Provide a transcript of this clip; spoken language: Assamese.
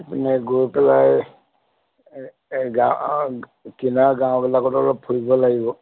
এইপিনে গৈ পেলাই গাঁৱৰ কিনাৰৰ গাঁওবিলাকতো অলপ ফুৰিব লাগিব